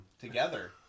together